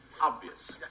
obvious